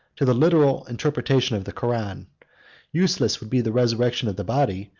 to the literal interpretation of the koran useless would be the resurrection of the body,